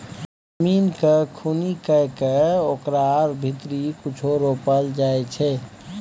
जमीन केँ खुनि कए कय ओकरा भीतरी कुछो रोपल जाइ छै